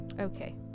okay